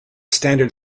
standard